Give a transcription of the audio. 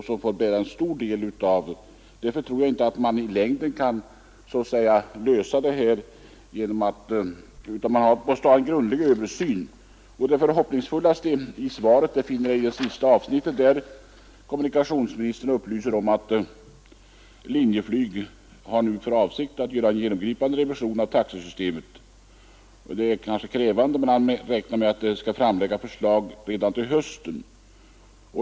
Därför anser jag att det nu måste göras en grundlig översyn. Det mest hoppingivande i svaret finner jag i det sista avsnittet, där kommunikationsministern upplyser om att Linjeflyg nu har för avsikt att göra en genomgripande revision av taxesystemet. Kommunikationsministern räknar med att förslaget skall kunna framläggas redan till hösten.